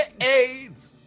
AIDS